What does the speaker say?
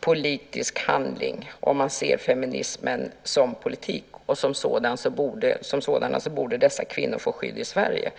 politiska handlingar, om man ser feminismen som politik, och därför borde dessa kvinnor få skydd i Sverige.